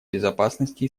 безопасности